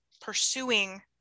pursuing